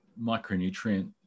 micronutrient